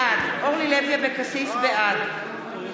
בעד